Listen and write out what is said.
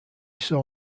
saw